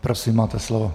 Prosím, máte slovo.